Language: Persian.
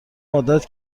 عادت